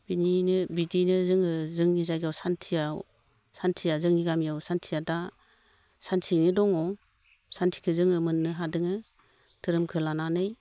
बिदिनो जोङो जोंनि जायगायाव सान्थिया जोंनि गामियाव सान्थिया दा सान्थियैनो दङ सान्थिखो जोङो मोननो हादों धोरोमखो लानानै